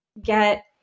get